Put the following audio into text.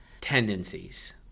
tendencies